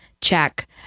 check